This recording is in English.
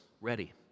ready